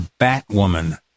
Batwoman